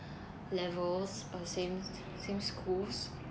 levels uh same same schools